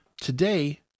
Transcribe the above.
Today